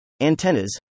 Antennas